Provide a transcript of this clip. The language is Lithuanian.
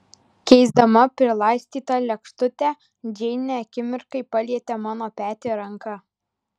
keisdama prilaistytą lėkštutę džeinė akimirkai palietė mano petį ranka